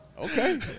Okay